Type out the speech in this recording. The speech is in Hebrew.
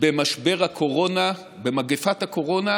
במשבר הקורונה, במגפת הקורונה,